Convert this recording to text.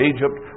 Egypt